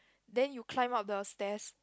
then you climb up the stairs